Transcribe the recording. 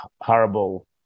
horrible